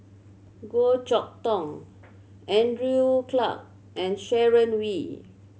Goh Chok Tong Andrew Clarke and Sharon Wee